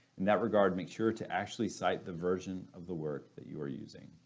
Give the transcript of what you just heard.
in that regard make sure to actually cite the version of the work that you are using.